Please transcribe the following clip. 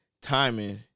timing